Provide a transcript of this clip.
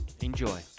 Enjoy